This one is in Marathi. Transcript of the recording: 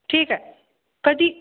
ठीक आहे कधी